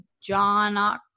John